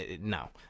no